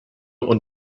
und